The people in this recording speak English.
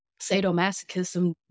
sadomasochism